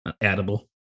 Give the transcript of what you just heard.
edible